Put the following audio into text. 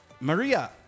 Maria